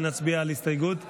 5. נצביע על הסתייגות 5,